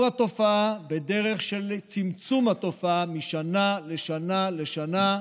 התופעה בדרך של צמצום התופעה משנה לשנה לשנה,